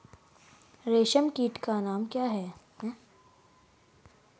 Gold bond क्या होता है?